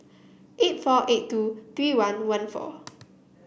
eight four eight two three one one four